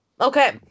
Okay